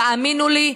תאמינו לי,